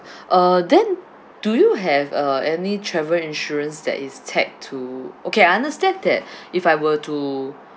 uh then do you have uh any travel insurance that is tag to okay I understand that if I were to